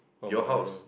your house